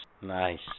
nice